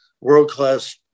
world-class